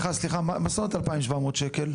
מה זאת אומרת 2,700 ₪?